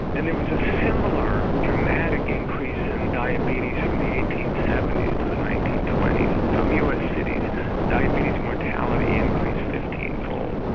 and there was a similar dramatic increase in diabetes from the eighteen seventy s to the nineteen twenty s. in some us cities diabetes mortality increased fifteen fold.